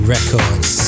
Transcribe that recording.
Records